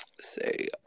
say